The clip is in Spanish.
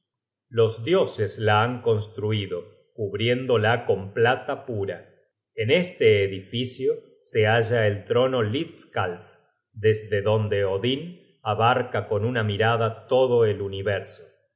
los dioses la han construido cubriéndola con plata pura en este edificio se halla el trono hlidskalf desde donde odin abarca con una mirada todo el universo